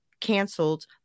canceled